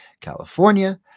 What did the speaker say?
California